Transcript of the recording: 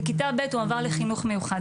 בכיתה ב' הוא עבר לחינוך מיוחד